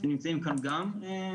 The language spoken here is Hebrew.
הם נמצאים כאן גם בזום,